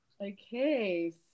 Okay